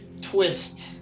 twist